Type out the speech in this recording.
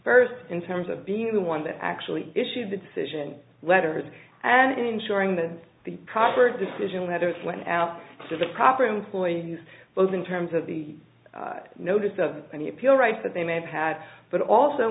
first in terms of being the one that actually issued the decision letters and ensuring that the proper decision letter went out to the proper employees both in terms of the notice of any appeal rights that they may have had but also